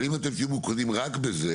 אבל אם אתם תהיו ממוקדים רק בזה,